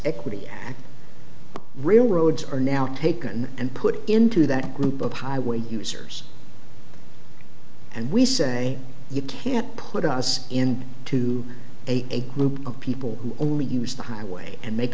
equity railroads are now taken and put into that group of highway users and we say you can't put us in to a group of people who only use the highway and make